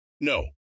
No